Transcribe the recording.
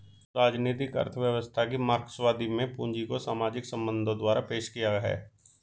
राजनीतिक अर्थव्यवस्था की मार्क्सवादी में पूंजी को सामाजिक संबंधों द्वारा पेश किया है